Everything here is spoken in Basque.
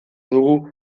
dugu